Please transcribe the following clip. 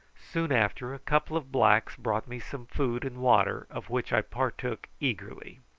soon after a couple of blacks brought me some food and water, of which i partook eagerly.